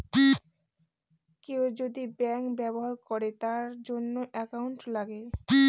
কেউ যদি ব্যাঙ্ক ব্যবহার করে তার জন্য একাউন্ট লাগে